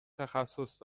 تخصص